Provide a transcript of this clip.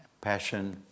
passion